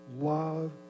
love